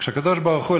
כשהקדוש-ברוך-הוא,